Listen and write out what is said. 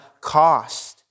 cost